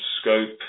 scope